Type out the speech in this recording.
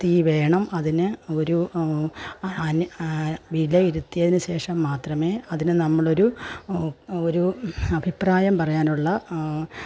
ത്തി വേണം അതിന് ഒരു അന് വിലയിരുത്തിയതിനുശേഷം മാത്രമേ അതിന് നമ്മളൊരു ഒരു അഭിപ്രായം പറയാനുള്ള